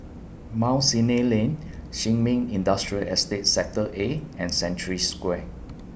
Mount Sinai Lane Sin Ming Industrial Estate Sector A and Century Square